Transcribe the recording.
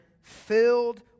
filled